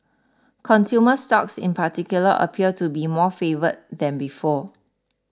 consumer stocks in particular appear to be more favoured than before